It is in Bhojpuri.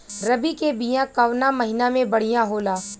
रबी के बिया कवना महीना मे बढ़ियां होला?